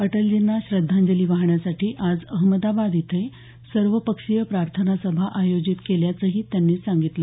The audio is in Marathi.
अटलजींना श्रद्धांजली वाहण्यासाठी आज अहमदाबद इथे सर्वपक्षीय प्रार्थना सभा आयोजित केल्याचंही त्यांनी सांगितलं